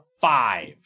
five